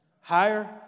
Higher